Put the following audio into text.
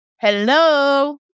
Hello